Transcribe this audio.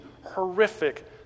horrific